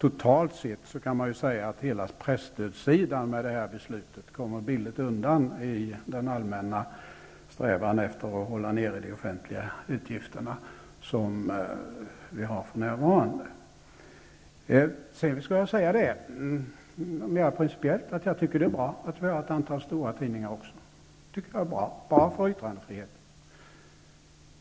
Man kan säga att hela presstödssidan totalt sett med detta beslut kommer billigt undan i den allmänna strävan vi har för närvarande att hålla nere de offentliga utgifterna. Jag tycker rent principiellt att det är bra att vi har ett antal stora tidningar. Det är bra för yttrandefriheten.